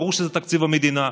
ברור שזה תקציב המדינה,